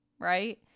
right